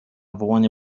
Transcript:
wołanie